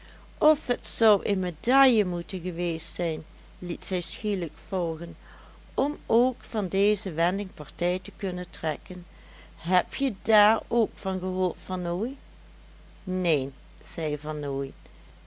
of het zou een medaille moeten geweest zijn liet zij schielijk volgen om ook van deze wending partij te kunnen trekken heb je daar ook van gehoord vernooy neen zei